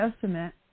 Testament